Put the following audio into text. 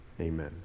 amen